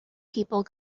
people